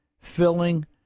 filling